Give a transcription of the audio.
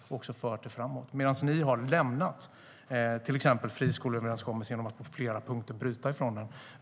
Vi har också fört det framåt, medan ni har lämnat till exempel friskoleöverenskommelsen genom att på flera punkter bryta mot den.